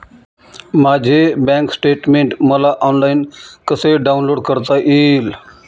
माझे bank statement मला online कसे डाउनलोड करता येईल?